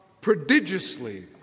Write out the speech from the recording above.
prodigiously